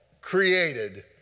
created